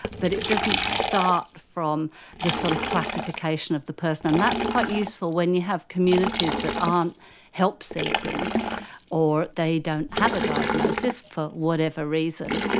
but it doesn't start from the sort of classification of the person, and that's quite useful when you have communities that aren't help-seeking or they don't have a diagnosis, for whatever reason,